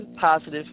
Positive